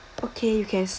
okay you can